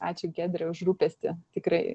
ačiū giedre už rūpestį tikrai